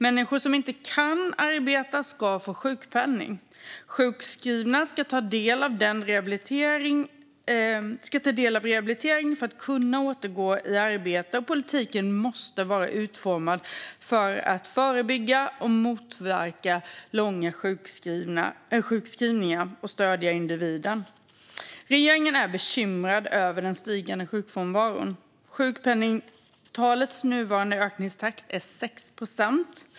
Människor som inte kan arbeta ska få sjukpenning. Sjukskrivna ska ta del av rehabilitering för att kunna återgå i arbete, och politiken måste vara utformad för att förebygga och motverka långa sjukskrivningar och stödja individen. Regeringen är bekymrad över den stigande sjukfrånvaron - sjukpenningtalets nuvarande ökningstakt är 6 procent.